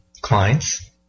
clients